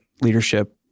leadership